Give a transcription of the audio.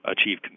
achieve